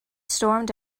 stormed